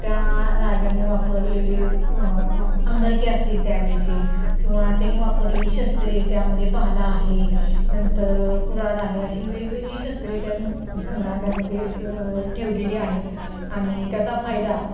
त्या राजाने वापरलेले अंगरखे असतील त्यावेळचे किंवा त्याने वापरलेली शस्त्रे त्यामध्ये भाला आहे नंतर कुऱ्हाड आहे अशी वेगवेगळी शस्त्रे त्या संग्रहालयमध्ये ठेवलेली आहेत आणि त्याचा फायदा